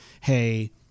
hey